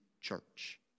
church